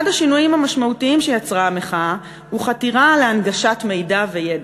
אחד השינויים המשמעותיים שיצרה המחאה הוא חתירה להנגשת מידע וידע.